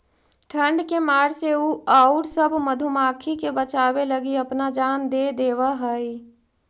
ठंड के मार से उ औउर सब मधुमाखी के बचावे लगी अपना जान दे देवऽ हई